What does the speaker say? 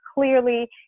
Clearly